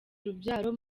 urubyaro